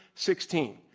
sixteen.